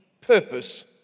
purpose